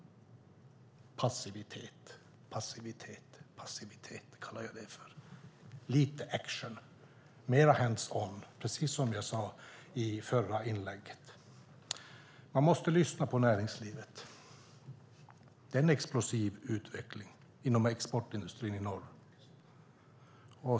Passivitet, passivitet, passivitet kallar jag det. Det krävs lite action, mer hands on, precis som jag sade i mitt förra inlägg. Man måste lyssna på näringslivet. Det är en explosiv utveckling inom exportindustrin i norr.